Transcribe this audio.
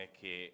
che